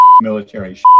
military